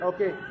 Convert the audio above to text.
Okay